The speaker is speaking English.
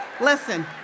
Listen